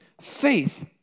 faith